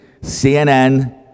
CNN